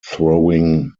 throwing